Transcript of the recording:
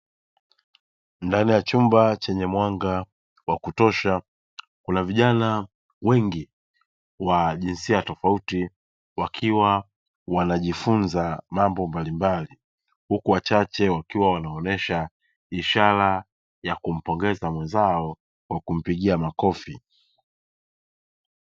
Ndani ya chumba chenye mwanga wa kutosha kuna vijana wengi wa jinsia tofauti, wakiwa wanajifunza mambo mbalimbali huku wachache wakiwa wanaonesha ishara ya kumpongeza mwenzao kwa kumpigia makofi.